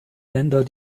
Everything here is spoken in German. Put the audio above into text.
länder